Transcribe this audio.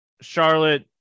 Charlotte